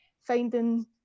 finding